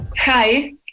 Hi